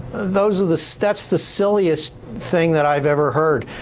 those are the that's the silliest thing that i've ever heard.